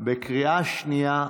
בקריאה שנייה.